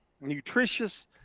nutritious